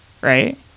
right